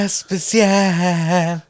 special